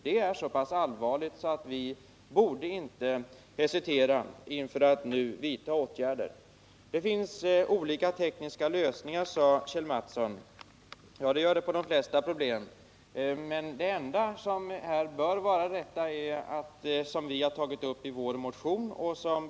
Det är så pass allvarligt att vi inte borde hesitera att vidta åtgärder. Det finns olika tekniska lösningar, sade Kjell Mattsson. Ja, det gör det på de flesta problem. Men den enda rätta är den som vi föreslagit i vår motion.